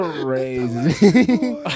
crazy